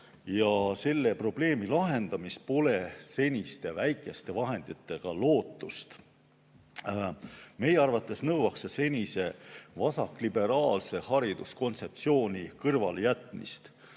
ja selle probleemi lahendamist ei maksa seniste väikeste vahendite korral loota. Meie arvates nõuaks see senise vasakliberaalse hariduskontseptsiooni kõrvalejätmist.